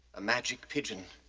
a magic pigeon.